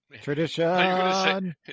Tradition